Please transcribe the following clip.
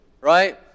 right